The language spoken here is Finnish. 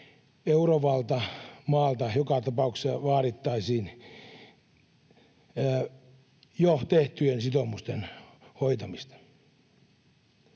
eroavalta maalta joka tapauksessa vaadittaisiin jo tehtyjen sitoumusten hoitamista.